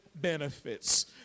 benefits